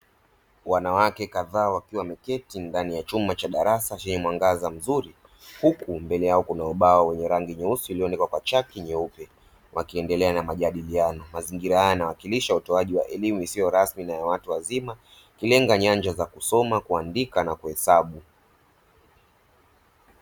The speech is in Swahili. Wanawake kadhaa wakiwa wameketi ndani chumba cha darasa chenye mwanga mzuri huku mbele yao kuna ubao wenye rangi nyeusi ulio andikwa kwa chaki nyeupe wakiendalea na majadiliano, Mazingila haya yanawakilisha utoaji wa elimu isyo rasmi na yawatu waziima ikilenga nyanja za kusoma, Kuandika na kuhesabu.